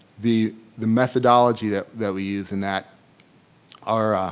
the the methodology that that we use in that our